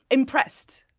impressed.